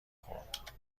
خورد